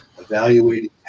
evaluating